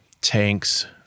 tanks